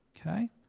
Okay